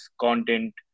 content